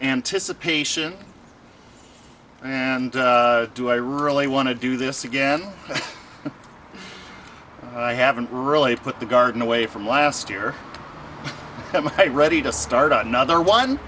anticipation and do i really want to do this again i haven't really put the garden away from last year a ready to start another one